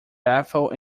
bethel